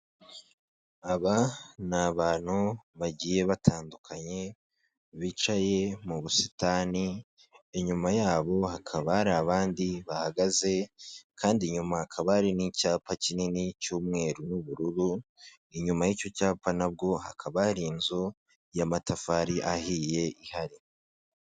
Aba ni abantu bagiye batandukanye bicaye mu busitani, inyuma yabo hakaba hari abandi bahagaze, kandi nyuma hakaba hari n'icyapa kinini cy'umweru n'ubururu, inyuma y'icyo cyapa nabwo hakaba hari inzu y'amatafari ahiye ihari.